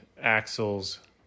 axles